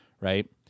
right